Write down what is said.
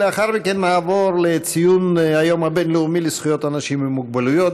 לאחר מכן נעבור לציון היום הבין-לאומי לזכויות אנשים עם מוגבלות,